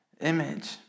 image